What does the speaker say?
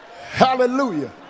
hallelujah